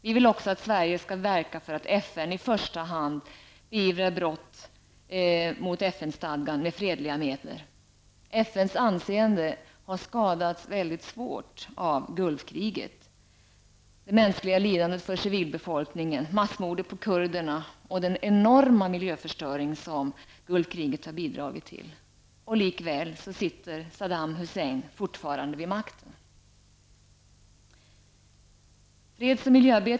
Vi vill också att Sverige skall verka för att FN i första hand beivrar brott mot FN-stadgan med fredliga medel. FNs anseende har skadats mycket svårt av Gulfkriget -- det mänskliga lidandet för civilbefolkningen, massmordet på kurderna, den enorma miljöförstöring som Gulfkriget bidragit till -- och likväl sitter Saddam Hussein fortfarande vid makten.